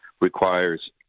requires